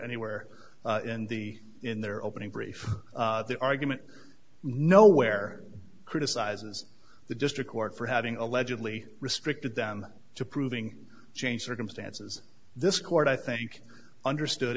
anywhere in the in their opening brief the argument nowhere criticizes the district court for having allegedly restricted them to proving changed circumstances this court i think understood